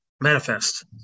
Manifest